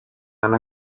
ένα